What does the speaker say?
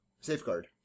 Safeguard